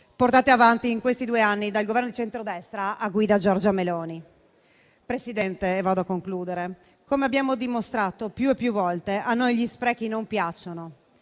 portate avanti in questi due anni dal Governo di centrodestra a guida Giorgia Meloni. Signora Presidente, come abbiamo dimostrato più volte, a noi gli sprechi non piacciono.